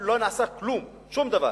אבל מ-2008 לא נעשה כלום, שום דבר.